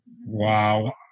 Wow